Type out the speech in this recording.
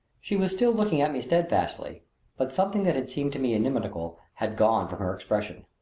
she was still looking at me steadfastly but something that had seemed to me inimical had gone from her expression.